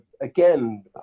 again